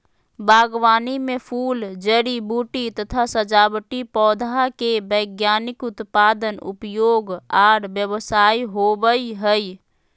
बागवानी मे फूल, जड़ी बूटी तथा सजावटी पौधा के वैज्ञानिक उत्पादन, उपयोग आर व्यवसाय होवई हई